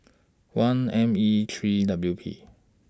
one M E three W P